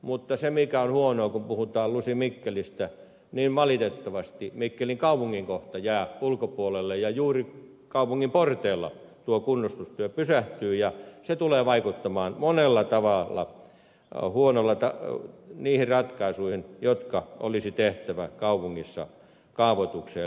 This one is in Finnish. mutta se mikä on huonoa kun puhutaan lusimikkelistä niin valitettavasti mikkelin kaupungin kohta jää ulkopuolelle ja juuri kaupungin porteilla tuo kunnostustyö pysähtyy ja se tulee vaikuttamaan monella tavalla huonosti niihin ratkaisuihin jotka olisi tehtävä kaupungissa kaavoitukseen liittyen